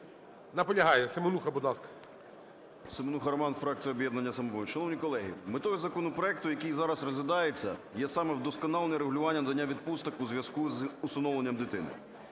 Наполягає. Семенуха, будь ласка.